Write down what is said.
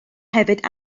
hefyd